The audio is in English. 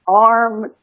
arm